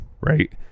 right